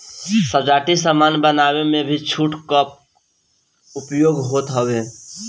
सजावटी सामान बनावे में भी जूट कअ उपयोग होत हवे